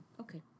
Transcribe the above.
okay